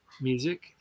music